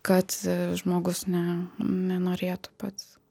kad žmogus ne nenorėtų pats